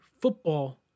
football